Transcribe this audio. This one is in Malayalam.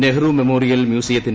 നെഹ്റും മെമ്മോറിയൽ മ്യൂസിയത്തിന്റെ ട്ട്